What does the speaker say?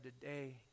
today